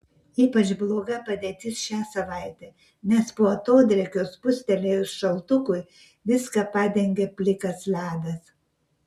ypač bloga padėtis šią savaitę nes po atodrėkio spustelėjus šaltukui viską padengė plikas ledas